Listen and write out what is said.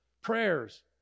prayers